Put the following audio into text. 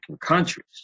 countries